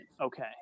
Okay